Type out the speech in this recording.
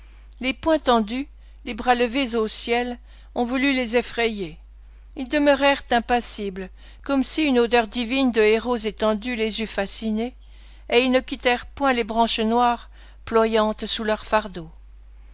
les poings tendus les bras levés au ciel on voulut les effrayer ils demeurèrent impassibles comme si une odeur divine de héros étendus les eût fascinés et ils ne quittèrent point les branches noires ployantes sous leur fardeau